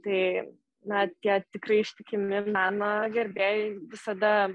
tai na tie tikrai ištikimi meno gerbėjai visada